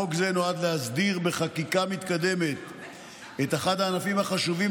חוק זה נועד להסדיר בחקיקה מתקדמת את אחד הענפים החשובים